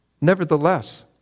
nevertheless